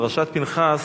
פרשת פנחס,